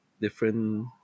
different